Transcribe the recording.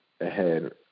ahead